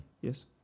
yes